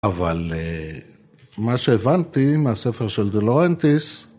אבל מה שהבנתי מהספר של דלורנטיס